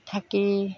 থাকি